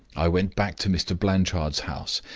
i went back to mr. blanchard's house.